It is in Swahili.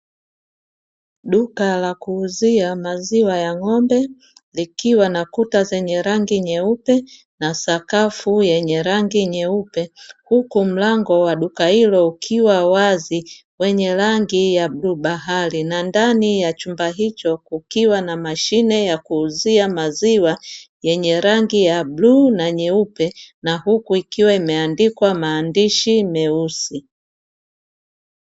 Duka la kuuzia maziwa ya ng'ombe, likiwa na kuta zenye rangi nyeupe na sakafu yenye rangi nyeupe, huku mlango wa duka hilo ukiwa wazi wenye rangi ya bluu bahari, na ndani ya chumba hicho kukiwa na mashine ya kuuzia maziwa yenye rangi ya bluu na nyeupe na huku ikiwa imeandikwa maandishi meusi.